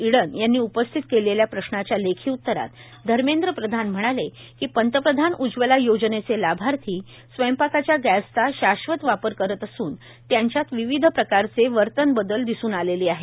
Eden यांनी उपस्थित केलेल्या प्रश्नाच्या लेखी उत्तरात धर्मेंद्र प्रधान म्हणाले की पंतप्रधान उज्ज्वला योजनेचे लाभार्थी स्वयंपाकाच्या गॅसचा शाश्वत वापर करत असून त्यांच्यात विविध प्रकारचे वर्तन बदल दिसून आलेले आहेत